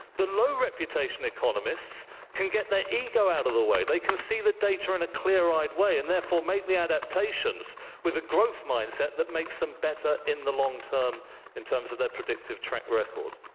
the low-reputation economists can get their ego out of the way. they can see the data in a clear-eyed way and therefore make the adaptations with a growth mindset that makes them better in the long term in terms of their predictive track record.